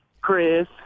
Chris